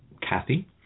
Kathy